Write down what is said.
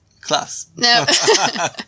class